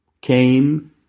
came